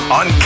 on